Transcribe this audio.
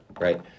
right